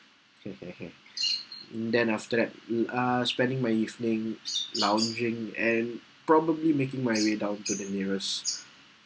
and then after that ugh uh spending my evening lounging and probably making my way down to the nearest